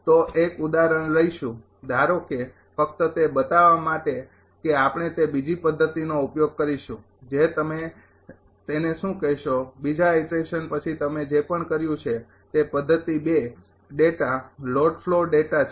તો એક ઉદાહરણ લઈશું ધારો કે ફક્ત તે બતાવવા માટે કે આપણે તે બીજી પદ્ધતિનો ઉપયોગ કરીશું જે તમે તેને શું કહેશો બીજા ઈટરેશન પછી તમે જે પણ કર્યું છે તે પદ્ધતિ ૨ ડેટા લોડ ફ્લો ડેટા છે